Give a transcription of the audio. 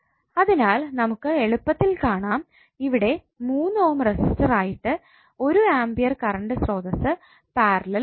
അതിനാൽ നമുക്ക് എളുപ്പത്തിൽ കാണാം ഇവിടെ 3 ഓം റെസിസ്റ്റർ ആയിട്ട് 1ആംപിയർ കറണ്ട് സ്രോതസ്സ് പാരലൽ ആണെന്ന്